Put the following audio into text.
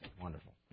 wonderful